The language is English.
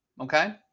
okay